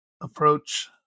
approach